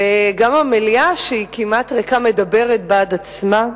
וגם המליאה, שהיא כמעט ריקה, מדברים בעד עצמם.